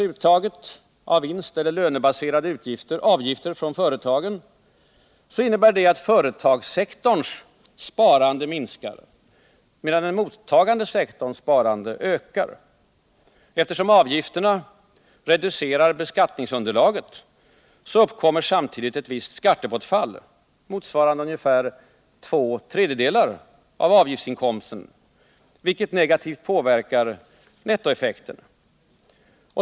uttaget av vinst eller lönebaserade avgifter från företagen, innebär det att företagssektorns sparande minskar, medan den mottagande sektorns sparande ökar. Eftersom avgifterna reducerar beskattningsunderlaget uppkommer samtidigt ett visst skattebortfall, motsvarande ungefär vå tredjedelar av avgiftsinkomsten, vilket negativt påverkar nettoeffekten.